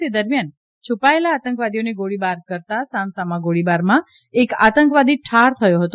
તે દરમિથાન છુપાયેલા આતંકવાદીઓએ ગોળીબાર કરતા સામસામા ગોળીબારમાં એક આતંકવાદી ઠાર થયો હતો